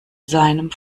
seinem